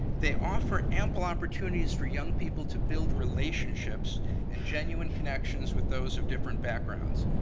they offer ample opportunities for young people to build relationships and genuine connections with those of different backgrounds.